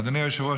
אדוני היושב-ראש,